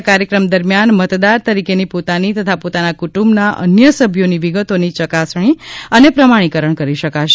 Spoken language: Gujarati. આ કાર્યક્રમ દરમ્યાન મતદાર તરીકેની પોતાની તથા પોતાના કુટુંબના અન્ય સભ્યોની વિગતોની ચકાસણી અને પ્રમાણિકરણ કરી શકશે